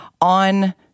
on